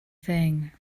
thing